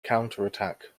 counterattack